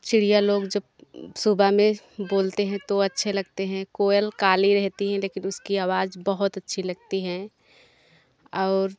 चिड़िया लोग जब सुबह में बोलते हैं तो अच्छे लगते हैं कोयल काले रहती हैं लेकिन उसकी अवाज बहुत अच्छी लगती हैं और